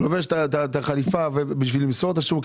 הוא לובש את החליפה ובשביל למסור את השיעור,